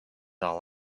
all